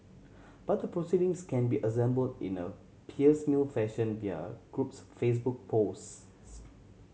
but the proceedings can be assemble in a piecemeal fashion via group's Facebook posts